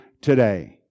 today